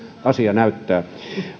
asia näyttää